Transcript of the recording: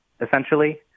essentially